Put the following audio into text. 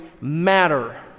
matter